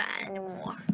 anymore